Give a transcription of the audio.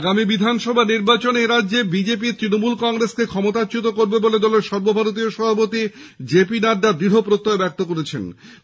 আগামী বিধানসভা নির্বাচনে এরাজ্যে বিজেপি তৃণমূল কংগ্রেসকে ক্ষমতাচ্যুত করবে বলে দলের সর্বভারতীয় সভাপতি জে পি নাড্ডা প্রত্যয় ব্যক্ত করেছেন